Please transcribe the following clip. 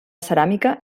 ceràmica